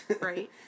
Right